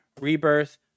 Rebirth